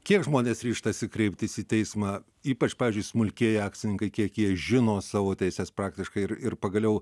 kiek žmonės ryžtasi kreiptis į teismą ypač pavyzdžiui smulkieji akcininkai kiek jie žino savo teises praktiškai ir ir pagaliau